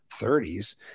30s